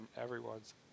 everyone's